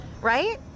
right